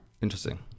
Interesting